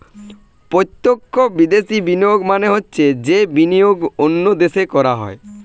প্রত্যক্ষ বিদেশি বিনিয়োগ মানে হচ্ছে যে বিনিয়োগ অন্য দেশে করা হয়